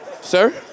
sir